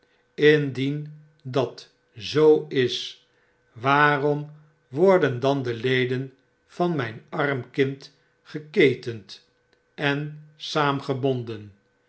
indien dat zoo is waarom worden dan de leden van mjjn arm kind geketend en